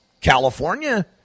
California